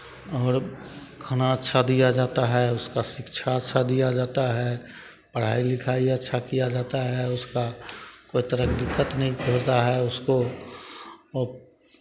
और खाना अच्छा दिया जाता है उसका शिक्षा अच्छा दिया जाता है पढ़ाई लिखाई अच्छा किया जाता है उसका कोई तरह के दिक्कत नहीं होता है उसको और